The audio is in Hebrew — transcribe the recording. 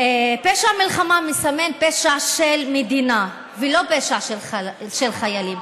פשע מלחמה מסמן פשע של מדינה ולא פשע של חיילים.